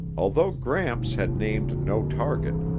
although gramps had named no target,